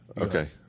Okay